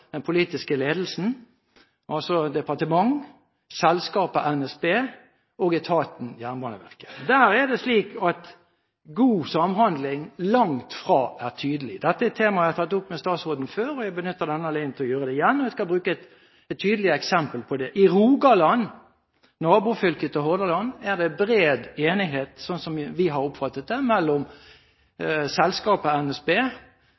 den politiske ledelsen – altså departementet og selskapet NSB og etaten Jernbaneverket. Der er det slik at god samhandling langt fra er tydelig. Dette temaet er tatt opp med statsråden før, og jeg benytter denne anledningen til å gjøre det igjen. Jeg skal bruke et tydelig eksempel på det. I Rogaland – nabofylket til Hordaland – er det bred enighet, slik vi har oppfattet det, mellom selskapet NSB, som frakter mye gods og